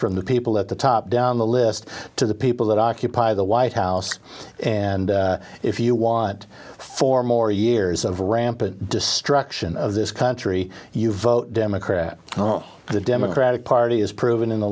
from the people at the top down the list to the people that occupy the white house and if you want four more years of rampant destruction of this country you vote democrat the democratic party has proven in the